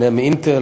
וביניהם "אינטל",